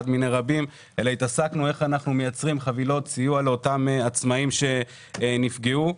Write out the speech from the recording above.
באיך אנחנו מייצרים חבילות סיוע לאותם עצמאיים שנפגעו.